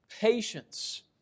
patience